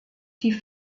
die